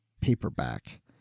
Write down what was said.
paperback